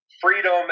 freedom